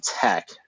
tech